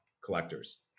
collectors